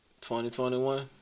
2021